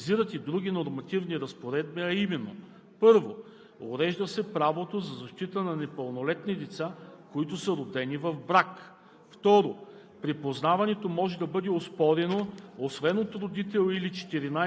Наред с измененията, с които се изпълняват решенията на Европейския съд, се прецизират и други нормативни разпоредби, а именно: 1. урежда се правото на защита на непълнолетните деца, които са родени в брак;